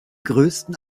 größten